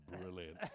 brilliant